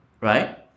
right